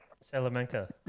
Salamanca